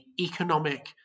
economic